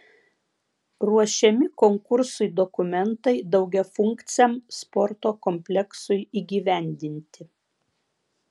ruošiami konkursui dokumentai daugiafunkciam sporto kompleksui įgyvendinti